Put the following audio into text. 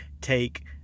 take